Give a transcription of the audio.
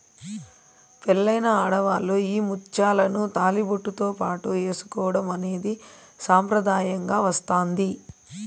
పెళ్ళైన ఆడవాళ్ళు ఈ ముత్యాలను తాళిబొట్టుతో పాటు ఏసుకోవడం అనేది సాంప్రదాయంగా వస్తాంది